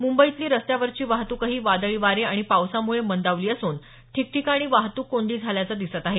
मुंबईतली रस्त्यावरची वाहतूकही वादळी वारे आणि पावसामुळे मंदावली असून ठिकठिकाणी वाहतूक कोंडी झाल्याचं दिसत आहे